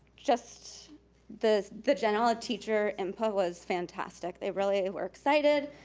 just the the general teacher input was fantastic, they really ah were excited,